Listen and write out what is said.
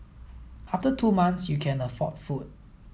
after two months you can afford food